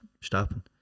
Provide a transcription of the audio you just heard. stopping